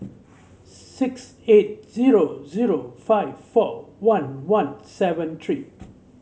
six eight zero zero five four one one seven three